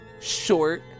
short